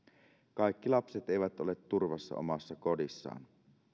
kaikki lapset eivät ole turvassa omassa kodissaan